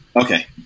Okay